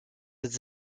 estes